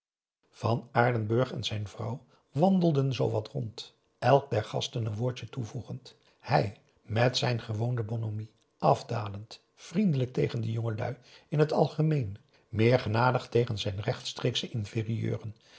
van aardenburg en zijn vrouw wandelden zoo wat rond elk der gasten een woordje toevoegend hij met zijn gewone bonhomie afdalend vriendelijk tegen de jongelui in het algemeen meer genadig tegen zijn rechtstreeksche inferieuren